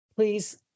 Please